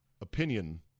opinion